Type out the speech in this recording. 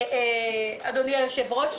אדוני היושב-ראש,